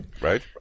right